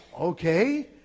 okay